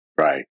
Right